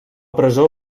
presó